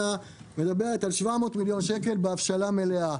מדברת על 700 מיליון שקל בהבשלה מלאה.